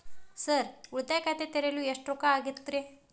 Sir ಉಳಿತಾಯ ಖಾತೆ ತೆರೆಯಲು ಎಷ್ಟು ರೊಕ್ಕಾ ಆಗುತ್ತೇರಿ?